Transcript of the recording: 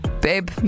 Babe